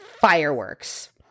fireworks